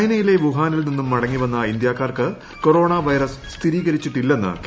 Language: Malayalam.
ചൈനയിലെ വുഹാനിൽ നിന്ന് മടങ്ങിവന്ന ഇന്ത്യക്കാർക്ക് കൊറോണ വൈറസ് സ്ഥിരീകരിച്ചിട്ടില്ലെന്ന് കേന്ദ്രം